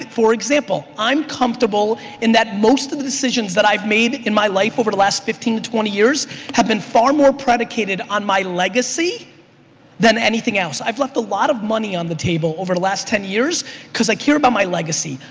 for example, i'm comfortable in that most of the decisions that i've made in my life over the last fifteen to twenty years have been far more predicated on my legacy than anything else. i've left a lot of money on the table over last ten years cause i care about my legacy.